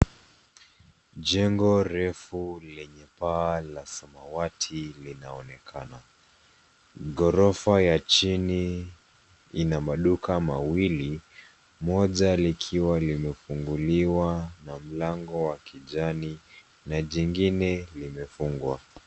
Jengo refu lenye paa la samawati linaonekana. Ghorofa ya chini ina maduka mawili, moja likiwa limefunguliwa na mlango wa kijani na jingine limefungwa.